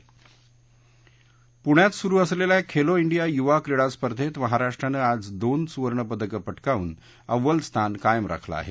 प्ण्यात सुरु असलेल्या खेलो इंडिया युवा क्रीडा स्पर्धेत महाराष्ट्रानं आज दोन सुवर्ण पदक पटकावून अव्वल स्थान कायम राखले आहे